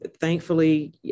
thankfully